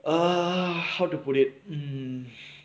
err how to put it um